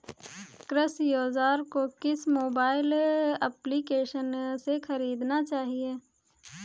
कृषि औज़ार को किस मोबाइल एप्पलीकेशन से ख़रीदना चाहिए?